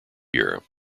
year